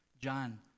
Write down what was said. John